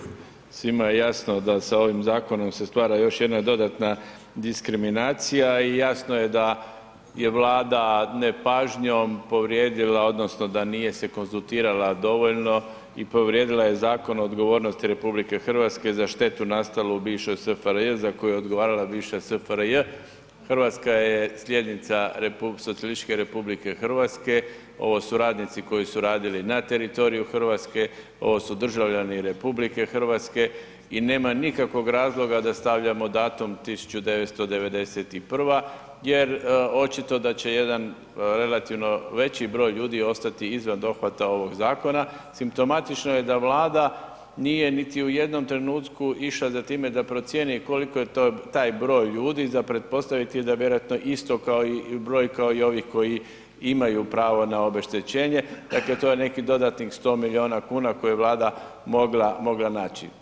Poštovani kolega Bulj, svima je jasno da sa ovim zakonom se stvara još jedna dodatna diskriminacija i jasno je da je Vlada nepažnjom povrijedila odnosno da nije se konzultirala dovoljno i povrijedila je Zakon o odgovornosti RH za štetu nastalu u bivšoj SFRJ za koju je odgovarala bivša SFRJ, RH je slijednica Socijalističke RH, ovo su radnici koji su radili na teritoriju RH, ovo su državljani RH i nema nikakvog razloga da stavljamo datum 1991. jer očito da će jedan relativno veći broj ljudi ostati izvan dohvata ovog zakona, simptomatično je da Vlada nije niti u jednom trenutku išla za time da procijeni koliki je taj broj ljudi, za pretpostaviti je da je vjerojatno isto kao i broj kao i ovih koji imaju pravo na obeštećenje, dakle to je nekih dodatnih 100 milijuna kuna koje je Vlada mogla, mogla naći.